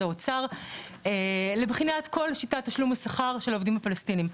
האוצר לבחינת כל שיטת התשלום של העובדים הפלסטינים.